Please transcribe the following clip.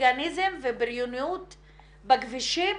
החוליגניזם ובריונות בכבישים,